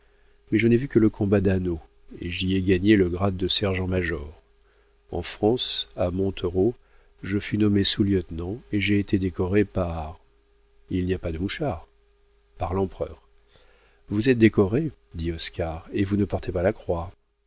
mais je n'ai vu que le combat d'hanau et j'y ai gagné le grade de sergent-major en france à montereau je fus nommé sous-lieutenant et j'ai été décoré par il n'y a pas de mouchards par l'empereur vous êtes décoré dit oscar et vous ne portez pas la croix